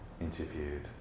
interviewed